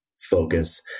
focus